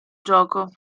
gioco